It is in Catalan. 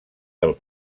del